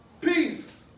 Peace